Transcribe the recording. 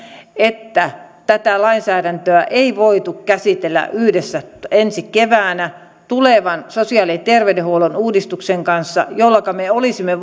että tätä lainsäädäntöä ei voitu käsitellä yhdessä ensi keväänä tulevan sosiaali ja terveydenhuollon uudistuksen kanssa jolloinka me olisimme